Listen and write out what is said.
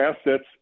assets